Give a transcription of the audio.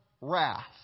wrath